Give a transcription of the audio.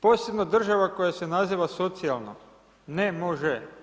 Posebno država koja se naziva socijalnom, ne može.